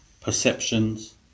perceptions